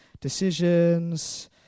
decisions